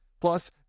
Plus